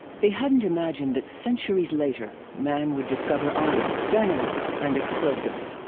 they hadn't imagined that centuries later man would discover iron, dynamite and explosives.